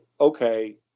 okay